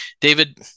David